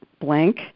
blank